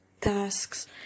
tasks